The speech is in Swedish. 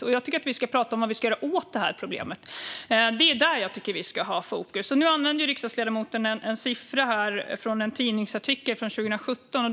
Jag tycker att vi ska prata om vad vi ska göra åt problemet, och det är där jag tycker att vi ska ha fokus. Nu använder riksdagsledamoten en siffra från en tidningsartikel från 2017.